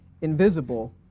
invisible